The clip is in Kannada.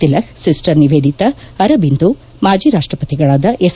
ತಿಲಕ್ ಸಿಸ್ಟರ್ ನಿವೇದಿತ ಅರಬಿಂದೋ ಮಾಜಿ ರಾಷ್ಟಪತಿಗಳಾದ ಎಸ್